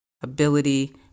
ability